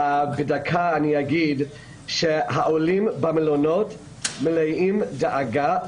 בדקה אני אגיד שהעולים במלונות מלאים דאגה.